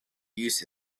use